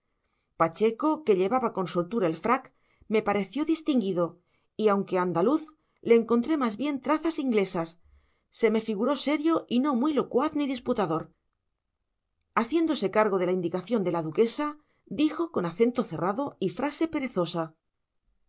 pacheco que llevaba con soltura el frac me pareció distinguido y aunque andaluz le encontré más bien trazas inglesas se me figuró serio y no muy locuaz ni disputador haciéndose cargo de la indicación de la duquesa dijo con acento cerrado y frase perezosa